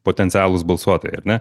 potencialūs balsuotojai ar ne